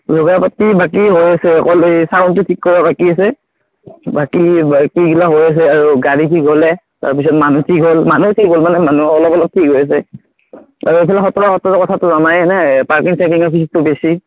যোগাৰ পাতি বাকী হৈছে অকল এই চাউলটো ঠিক কৰিব বাকী আছে বাকী বাকীগিলা হৈ আছে গাড়ী ঠিক হ'লে তাৰপিছত মানুহ ঠিক হ'ল মানুহ ঠিক হ'ল মানে মানুহ চানুহ ঠিক হৈ আছে আৰু এইফালে সত্ৰা সত্ৰৰ কথাটো জানাই পাৰ্কিং চাৰ্কিংৰ ফিজটো বেছি